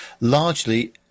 largely